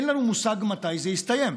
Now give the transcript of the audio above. אין לנו מושג מתי זה יסתיים.